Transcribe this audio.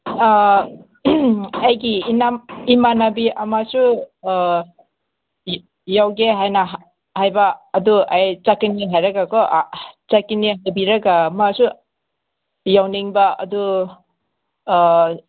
ꯑꯥ ꯑꯩꯒꯤ ꯏꯃꯥꯟꯅꯕꯤ ꯑꯃꯁꯨ ꯑꯣ ꯌꯥꯎꯒꯦ ꯍꯥꯏꯅ ꯍꯥꯏꯕ ꯑꯗꯣ ꯑꯩ ꯆꯠꯀꯅꯤ ꯍꯥꯏꯔꯒꯀꯣ ꯆꯠꯀꯅꯤ ꯍꯥꯏꯕꯤꯔꯒ ꯃꯥꯁꯨ ꯌꯥꯎꯅꯤꯡꯕ ꯑꯗꯣ